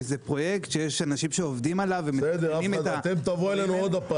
ויש אנשים שעובדים על הפרויקט הזה- -- תבואו אלינו שוב,